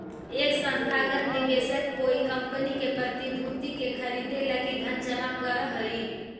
एक संस्थागत निवेशक कोई कंपनी के प्रतिभूति के खरीदे लगी धन जमा करऽ हई